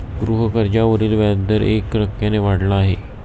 गृहकर्जावरील व्याजदर एक टक्क्याने वाढला आहे